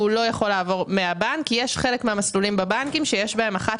הוא לא יכול לעבור מהבנק כי יש חלק מהמסלולים בבנקים שיש בהם אחת